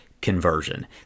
conversion